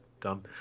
dumb